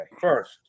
First